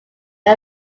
but